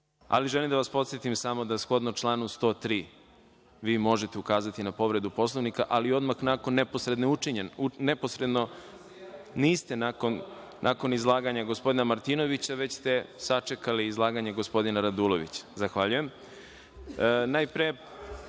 želim da vas podsetim samo da shodno članu 103. vi možete ukazati na povredu Poslovnika, ali odmah nakon neposredno učinjene. Niste nakon izlaganja gospodina Martinovića, već ste sačekali izlaganje gospodina Radulovića. Zahvaljujem. Najpre,